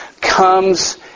comes